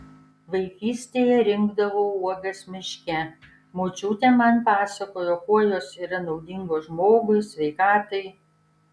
vaikystėje rinkdavau uogas miške močiutė man pasakojo kuo jos yra naudingos žmogui sveikatai